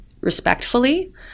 respectfully